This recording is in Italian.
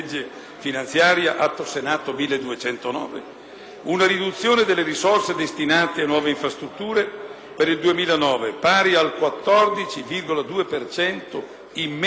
una riduzione delle risorse destinate a nuove infrastrutture per il 2009, pari al 14,2 per cento in meno in termini reali rispetto all'anno 2008,